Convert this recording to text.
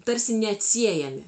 tarsi neatsiejami